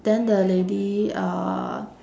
then the lady uh